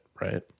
right